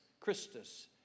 Christus